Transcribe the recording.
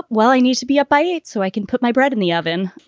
well, i need to be up by eight so i can put my bread in the oven.